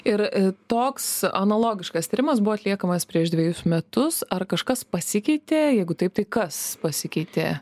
ir toks logiškas tyrimas buvo atliekamas prieš dvejus metus ar kažkas pasikeitė jeigu taip tai kas pasikeitė